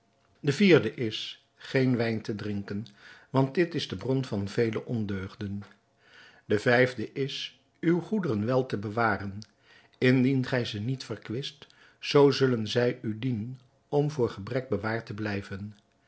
de vierde is geen wijn te drinken want dit is de bron van vele ondeugden de vijfde is uwe goederen wel te bewaren indien gij ze niet verkwist zoo zullen zij u dienen om voor gebrek bewaard te blijven